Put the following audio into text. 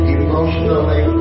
emotionally